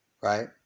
right